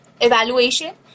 evaluation